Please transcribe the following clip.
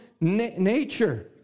nature